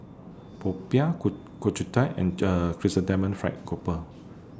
Popiah Ku Ku Chai Thai and Chrysanthemum Fried Grouper